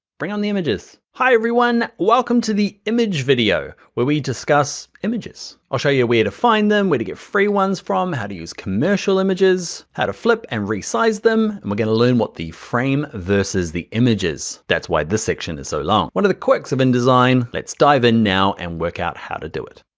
bring on the images. hi everyone, welcome to the image video, where we discuss images. i'll show you where to find them, where to get free ones from, how to use commercial images, how to flip and them and we're gonna learn what the frame versus the images. that's why this section is so long, one of the quirks of indesign, let's dive in now and work out how to do it.